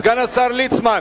סגן השר ליצמן,